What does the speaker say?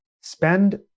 spend